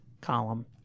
column